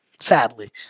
sadly